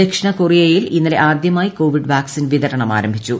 ദക്ഷിണ കൊറിയയിൽ ഇന്ന്ലെ ആദ്യമായി കോവിഡ് വാക്സിൻ വിതരണം ആരംഭിച്ചു